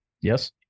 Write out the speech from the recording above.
yes